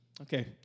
Okay